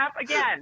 again